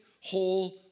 whole